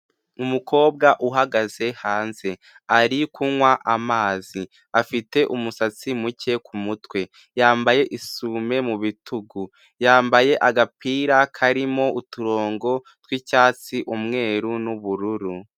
Umukobwa uhagaze hanze ari kunywa amazi, afite umusatsi muke k'umutwe, yambaye isume mu bitugu, yambaye agapira karimo uturongo tw'icyatsi, umweru n'ubururu.